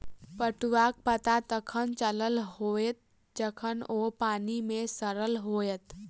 पटुआक पता तखन चलल होयत जखन ओ पानि मे सड़ल होयत